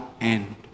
end